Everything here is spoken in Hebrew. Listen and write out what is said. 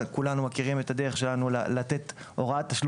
כולנו מכירים את הדרך שלנו לתת הוראת תשלום